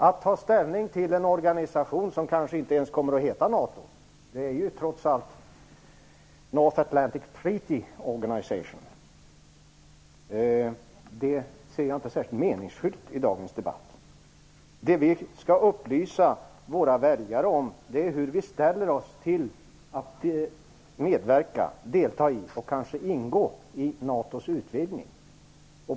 Att ta ställning till en organisation som kanske inte ens kommer att heta NATO - det är ju trots allt North Atlantic Treaty Organization - ser jag inte som särskilt meningsfullt i dagens debatt. Det vi skall upplysa våra väljare om är hur vi ställer oss till att medverka, delta och kanske ingå i NATO:s utvidgning.